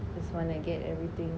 I just wanna get everything